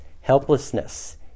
helplessness